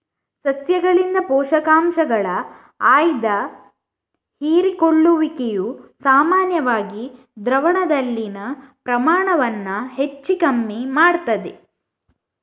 ಸಸ್ಯಗಳಿಂದ ಪೋಷಕಾಂಶಗಳ ಆಯ್ದ ಹೀರಿಕೊಳ್ಳುವಿಕೆಯು ಸಾಮಾನ್ಯವಾಗಿ ದ್ರಾವಣದಲ್ಲಿನ ಪ್ರಮಾಣವನ್ನ ಹೆಚ್ಚು ಕಮ್ಮಿ ಮಾಡ್ತದೆ